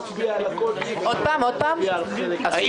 אני